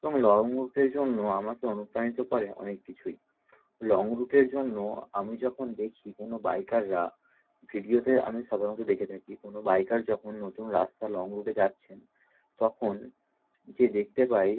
এবং লং রুটের জন্য আমাকে অনুপ্রাণিত করে অনেক কিছুই লং রুটের জন্য আমি যখন দেখি কোনো বাইকাররা ভিডিওতে আমি সাধারণত দেখে থাকি কোনো বাইকার যখন নতুন রাস্তা লং রুটে যাচ্ছেন তখন যে দেখতে পাই